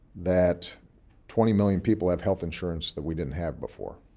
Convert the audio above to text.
that twenty million people have health insurance that we didn't have before.